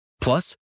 Plus